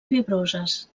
fibroses